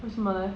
为什么 leh